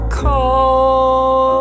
call